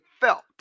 felt